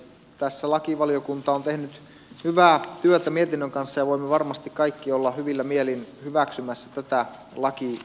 tässä lakivaliokunta on tehnyt hyvää työtä mietinnön kanssa ja voimme varmasti kaikki olla hyvillä mielin hyväksymässä tätä lakimuutosta